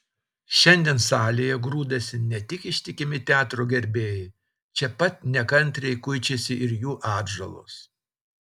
šiandien salėje grūdasi ne tik ištikimi teatro gerbėjai čia pat nekantriai kuičiasi ir jų atžalos